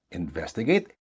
investigate